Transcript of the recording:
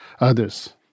others